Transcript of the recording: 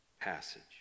passage